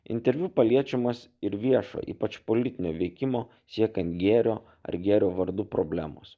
interviu paliečiamos ir viešo ypač politinio veikimo siekiant gėrio ar gėrio vardu problemos